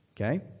Okay